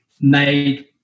made